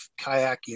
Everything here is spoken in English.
kayaking